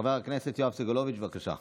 חבר הכנסת יואב סגלוביץ', בבקשה.